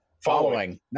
Following